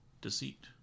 deceit